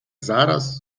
zaraz